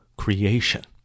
creation